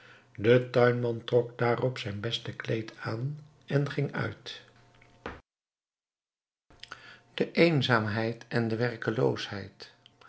de tuinman trok daarop zijn beste kleed aan en ging uit de eenzaamheid en de werkeloosheid